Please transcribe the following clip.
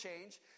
change